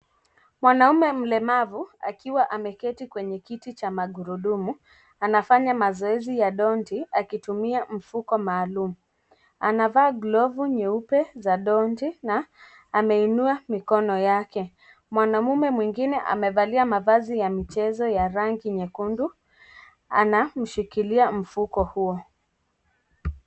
Mwanaume mlemavu akiwa ameketi kwenye kiti cha magurudumu anafanya mazoezi ya ndondi akitumia mfuko maalum. Anavaa glovu nyeupe za ndondi na ameinua mikono yake. Mwanamume mwingine amevalia mavazi ya mchezo wa rangi nyekundu. Anamshikilia mfuko huo.